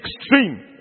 extreme